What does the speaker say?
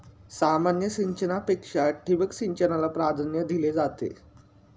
सामान्य सिंचनापेक्षा ठिबक सिंचनाला प्राधान्य दिले जाते